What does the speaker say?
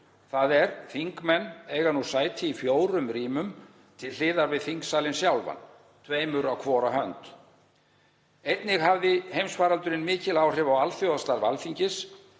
þ.e. þingmenn eiga sæti í fjórum rýmum til hliðar við þingsalinn sjálfan, tveimur á hvora hönd. Einnig hafði heimsfaraldurinn mikil áhrif á alþjóðastarf Alþingis